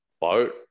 boat